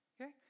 Okay